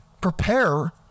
prepare